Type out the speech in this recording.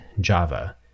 Java